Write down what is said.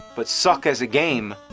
but suck as a game,